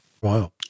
Wow